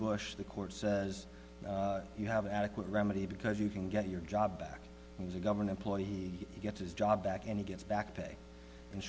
bush the court says you have adequate remedy because you can get your job back and was a government employee gets his job back and he gets back pay and